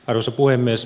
arvoisa puhemies